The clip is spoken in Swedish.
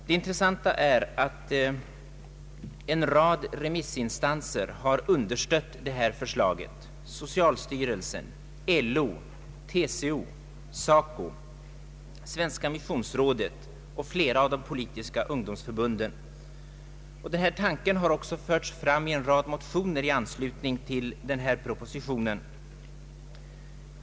Det intressanta är att en rad remissinstanser har understött detta förslag: socialstyrelsen, LO, TCO, SACO, Svenska missionsrådet och flera av de politiska ungdomsförbunden. Tanken har också förts fram i en rad motioner i anslutning till denna proposition.